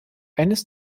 eines